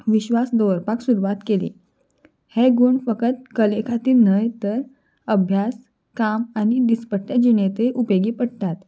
विश्वास दवरपाक सुरवात केली हें गूण फकत कले खातीर न्हय तर अभ्यास काम आनी दिसपट्ट जिणेंतय उपेगी पडटात